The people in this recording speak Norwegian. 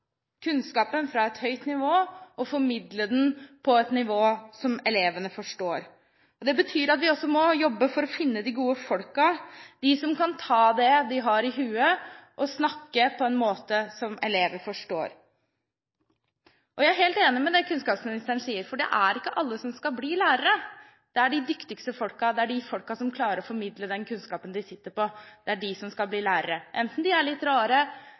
kunnskapen fra et høyt nivå og formidle den på et nivå som elevene forstår. Det betyr at vi også må jobbe for å finne de gode folkene – de som kan ta det de har i hodet og snakke på en måte som elever forstår. Jeg er helt enig i det kunnskapsministeren sier, for det er ikke alle som skal bli lærere. Det er de dyktigste folkene, de som klarer å formidle den kunnskapen de sitter på, som skal bli lærere. Om de er litt rare,